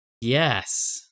yes